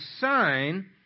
sign